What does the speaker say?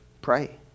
pray